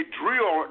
drill